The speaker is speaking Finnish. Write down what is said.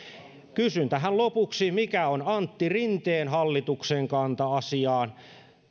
kysyn tähän lopuksi mikä on antti rinteen hallituksen kanta asiaan